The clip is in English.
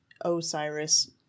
Osiris